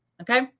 okay